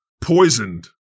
poisoned